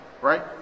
right